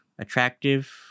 attractive